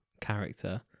character